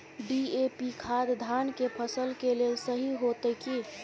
DAP खाद धान के फसल के लेल सही होतय की?